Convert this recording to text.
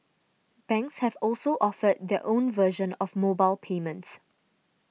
banks have also offered their own version of mobile payments